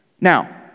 Now